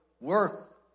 work